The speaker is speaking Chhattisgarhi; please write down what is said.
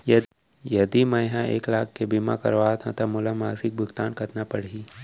यदि मैं ह एक लाख के बीमा करवात हो त मोला मासिक भुगतान कतना पड़ही?